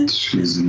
and she's and